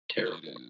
Terrible